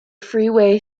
freeway